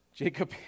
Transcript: Jacob